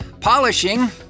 polishing